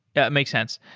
yeah, it makes sense.